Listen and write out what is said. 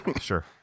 sure